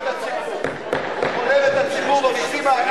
הרשות להגבלים עסקיים.